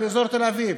באזור תל אביב,